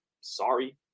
Sorry